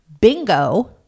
Bingo